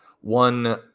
one